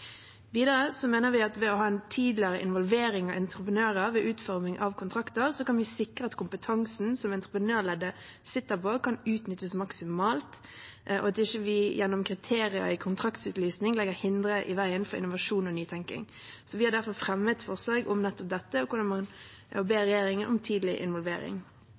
Videre mener vi at man ved å ha en tidligere involvering av entreprenører ved utforming av kontrakter kan sikre at kompetansen som entreprenørleddet sitter på, kan utnyttes maksimalt, og at vi, gjennom kriterier i kontraktsutlysningene, ikke må legge hindre i veien for innovasjon og nytenkning. Vi har derfor fremmet et forslag om nettopp dette, hvor vi ber regjeringen om tidlig involvering.